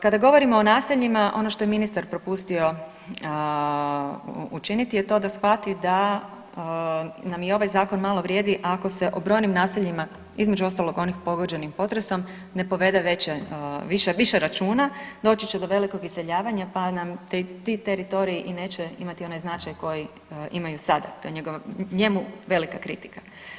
Kada govorimo o naseljima, ono što je ministar propustio učinit je to da shvati da nam i ovaj Zakon malo vrijedi ako se o brojnim naseljima, između ostalih, onih pogođenih potresom, ne povede više računa, doći će do velikog iseljavanja pa nam ti teritoriji i neće imati onaj značaj koji imaju sada, to je njemu velika kritika.